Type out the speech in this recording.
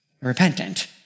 repentant